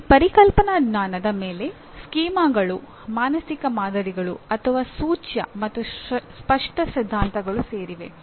ಆ ಪರಿಕಲ್ಪನಾ ಜ್ಞಾನದ ಮೇಲೆ ಸ್ಕೀಮಾಗಳು ಮಾನಸಿಕ ಮಾದರಿಗಳು ಅಥವಾ ಸೂಚ್ಯ ಮತ್ತು ಸ್ಪಷ್ಟ ಸಿದ್ಧಾಂತಗಳು ಸೇರಿವೆ